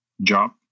job